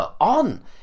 on